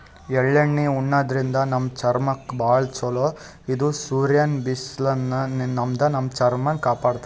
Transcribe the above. ಎಳ್ಳಣ್ಣಿ ಉಣಾದ್ರಿನ್ದ ನಮ್ ಚರ್ಮಕ್ಕ್ ಭಾಳ್ ಛಲೋ ಇದು ಸೂರ್ಯನ್ ಬಿಸ್ಲಿನ್ದ್ ನಮ್ ಚರ್ಮ ಕಾಪಾಡತದ್